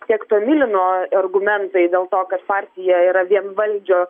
tiek tomilino argumentai dėl to kad partija yra vienvaldžio